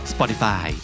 Spotify